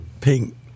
pink